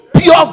Pure